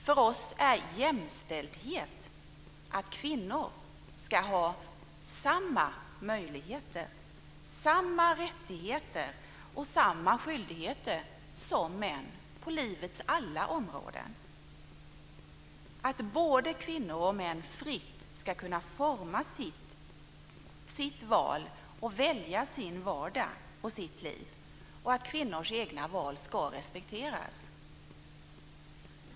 För oss är jämställdhet att kvinnor ska ha samma möjligheter, samma rättigheter och samma skyldigheter som män på livets alla områden, att både kvinnor och män fritt ska kunna forma och välja sin vardag och sitt liv och att kvinnors egna val ska respekteras.